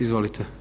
Izvolite.